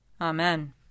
Amen